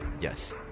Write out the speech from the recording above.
Yes